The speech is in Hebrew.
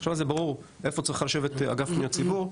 עכשיו זה ברור איפה צריך לשבת אגף פניות הציבור,